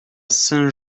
saint